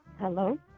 Hello